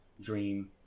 dream